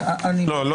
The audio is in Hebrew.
אם